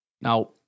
Now